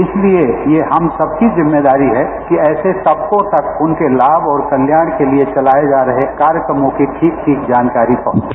इसलिए ये हम सबकी हमारी जिम्मेदारी है कि ऐसे तपकों तक उनके लाभ और कल्याण के लिए चलाए जा रहे कार्य समूह की ठीक ठीक जानकारी पहुंचे